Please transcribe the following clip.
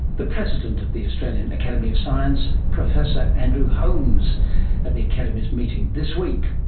the president of the australian academy of science, professor andrew holmes at the academy's meeting this week